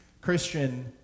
Christian